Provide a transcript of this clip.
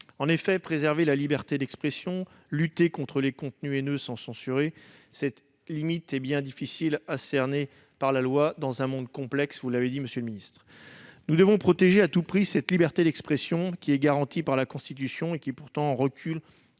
En effet, préserver la liberté d'expression, lutter contre les contenus haineux sans censurer : il est bien difficile de cerner cette limite par la loi dans un monde complexe, vous l'avez dit, monsieur le secrétaire d'État. Nous devons protéger à tout prix cette liberté d'expression qui est garantie par la Constitution et qui pourtant recule